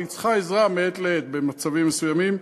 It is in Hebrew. אבל היא צריכה עזרה מעת לעת במצבים מסוימים.